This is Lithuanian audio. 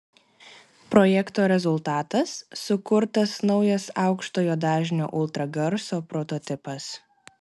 projekto rezultatas sukurtas naujas aukštojo dažnio ultragarso prototipas